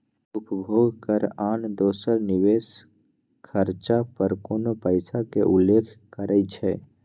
उपभोग कर आन दोसर निवेश खरचा पर कोनो पइसा के उल्लेख करइ छै